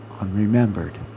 unremembered